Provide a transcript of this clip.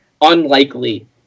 unlikely